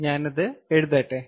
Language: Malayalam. ഞാനത് എഴുതട്ടെ